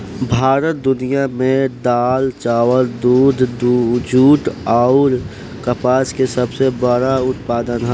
भारत दुनिया में दाल चावल दूध जूट आउर कपास के सबसे बड़ उत्पादक ह